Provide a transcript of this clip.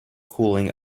cooling